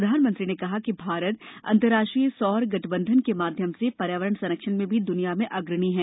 प्रधानमंत्री ने कहा कि भारत अंतर्राष्ट्रीय सौर गठबंधन के माध्यम से पर्यावरण संरक्षण में भी दुनिया में अग्रणी है